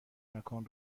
مکان